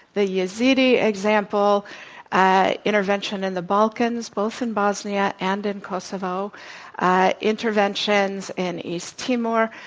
the yazidi example ah intervention in the balkans, both in bosnia and in kosovo interventions in east timor,